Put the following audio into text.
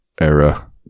era